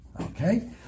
Okay